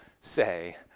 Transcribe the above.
say